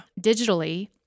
digitally